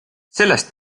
sellest